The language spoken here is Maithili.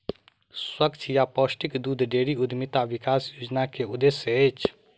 स्वच्छ आ पौष्टिक दूध डेयरी उद्यमिता विकास योजना के उद्देश्य अछि